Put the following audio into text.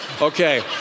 Okay